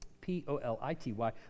P-O-L-I-T-Y